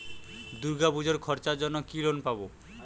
দূর্গাপুজোর খরচার জন্য কি লোন পাব?